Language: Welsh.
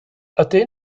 ydyn